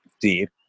deep